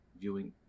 viewing